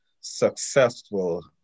successful